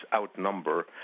outnumber